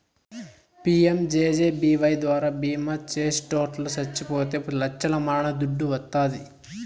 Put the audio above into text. PMJJBY ద్వారా బీమా చేసిటోట్లు సచ్చిపోతే లచ్చల మరణ దుడ్డు వస్తాది